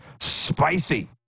Spicy